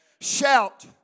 Shout